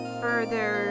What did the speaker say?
further